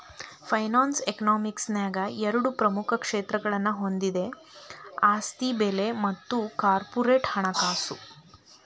finance economics ನ್ಯಾಗ ಎರಡ ಪ್ರಮುಖ ಕ್ಷೇತ್ರಗಳನ್ನ ಹೊಂದೆದ ಆಸ್ತಿ ಬೆಲೆ ಮತ್ತ ಕಾರ್ಪೊರೇಟ್ ಹಣಕಾಸು